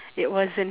it wasn't